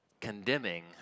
condemning